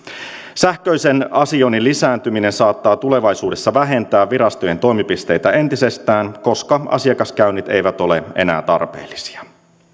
sähköisen asioinnin lisääntyminen saattaa tulevaisuudessa vähentää virastojen toimipisteitä entisestään koska asiakaskäynnit eivät ole enää tarpeellisia